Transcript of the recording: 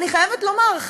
אני חייבת לומר,